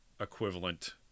equivalent